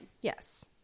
yes